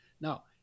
Now